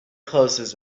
closes